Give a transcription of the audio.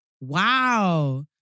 Wow